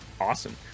awesome